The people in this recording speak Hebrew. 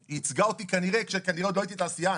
שייצגה אותי כשכנראה עוד לא הייתי תעשיין,